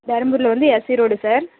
தருமபுரியில வந்து SC road sir